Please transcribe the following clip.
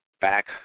back